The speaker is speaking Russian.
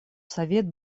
совет